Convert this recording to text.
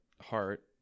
heart